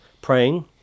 praying